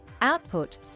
output